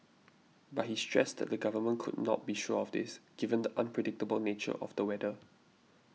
but he stressed that the Government could not be sure of this given the unpredictable nature of the weather